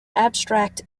abstract